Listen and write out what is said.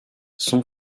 son